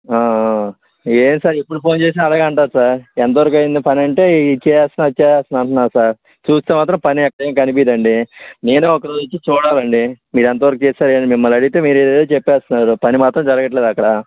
ఏ sir ఎప్పుడు phone చేసినా అలాగే అంటారు సార్ ఎంతవరకు అయింది పనంటే ఇది చేసేస్తున్న అది చేసేస్తున్న అని అంటారు సార్ చూస్తే మాత్రం పని అక్కడేమి కనిపియదండి నేను ఒక రోజు వచ్చి చూడాలండి మీరెంతవరకు చేశారని మిమ్మల్ని అడుగుతే మీరు ఏదేదో చెప్పేస్తున్నారు పని మాత్రం జరగట్లేదు అక్కడ